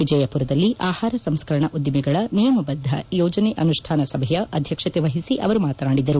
ವಿಜಯಪುರದಲ್ಲಿ ಆಹಾರ ಸಂಸ್ಕರಣ ಉದ್ದಿಮೆಗಳ ನಿಯಮಬದ್ದ ಯೋಜನೆ ಅನುಷ್ಠಾನ ಸಭೆಯ ಅಧ್ಯಕ್ಷತೆ ವಹಿಸಿ ಅವರು ಮಾತನಾಡಿದರು